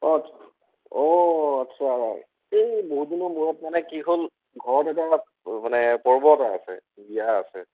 আচ্ছা এই বহুত দিনৰ মূৰত মানে কি হ'ল ঘৰত এটা মানে পৰ্ব এটা আছে বিয়া আছে